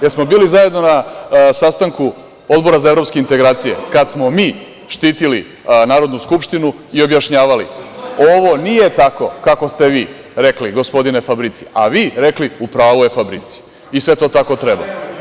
Jel smo bili zajedno na sastanku Odbora za evropske integracije kad smo mi štitili Narodnu skupštinu i objašnjavali - ovo nije tako kako ste vi rekli gospodine Fabrici, a vi rekli – u pravu je Fabrici, i sve to tako treba.